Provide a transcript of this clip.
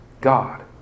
God